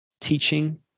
teaching